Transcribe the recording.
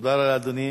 תודה לאדוני.